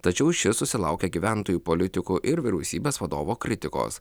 tačiau šis susilaukė gyventojų politikų ir vyriausybės vadovo kritikos